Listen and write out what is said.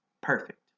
perfect